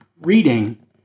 reading